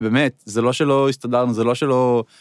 באמת, זה לא שלא... הסתדרנו, זה לא שלא...